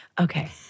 Okay